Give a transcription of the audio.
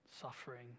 suffering